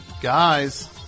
guys